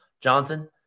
Johnson